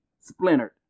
splintered